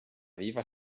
viva